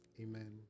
amen